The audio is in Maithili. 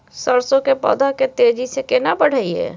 सरसो के पौधा के तेजी से केना बढईये?